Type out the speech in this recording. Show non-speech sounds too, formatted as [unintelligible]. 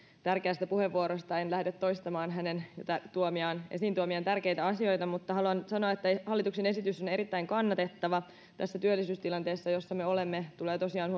tärkeästä puheenvuorosta en lähde toistamaan hänen esiin tuomiaan tärkeitä asioita mutta haluan sanoa että hallituksen esitys on erittäin kannatettava tässä työllisyystilanteessa jossa me olemme tulee tosiaan [unintelligible]